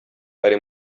ari